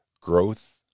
Growth